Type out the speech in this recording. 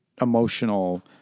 emotional